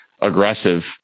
aggressive